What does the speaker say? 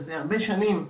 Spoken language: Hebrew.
זה הרבה שנים.